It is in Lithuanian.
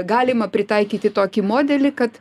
galima pritaikyti tokį modelį kad